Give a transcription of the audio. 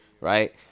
right